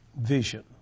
vision